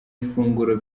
ifunguro